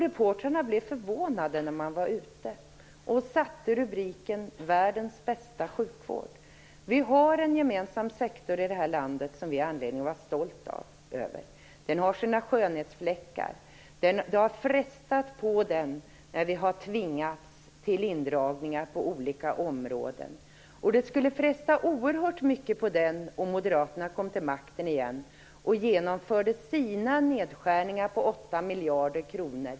Reportrarna blev förvånade när de var ute. De satte rubriken: Världens bästa sjukvård. Vi har en gemensam sektor i det här landet som vi har anledning att vara stolta över. Den har sina skönhetsfläckar. Det har frestat på den när vi har tvingats till indragningar på olika områden. Det skulle fresta oerhört mycket på den om Moderaterna kom till makten igen och genomförde sina nedskärningar på 8 miljarder kronor.